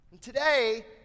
Today